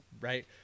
right